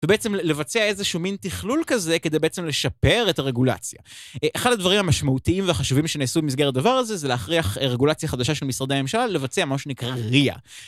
ובעצם לבצע איזה שהוא מין תכלול כזה כדי בעצם לשפר את הרגולציה. אחד הדברים המשמעותיים והחשובים שנעשו במסגר הדבר הזה זה להכריח רגולציה חדשה של משרדי הממשלה לבצע מה שנקרא RIA.